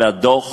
והדוח